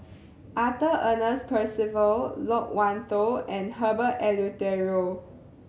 Arthur Ernest Percival Loke Wan Tho and Herbert Eleuterio